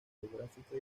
geográfica